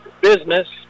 business